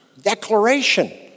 declaration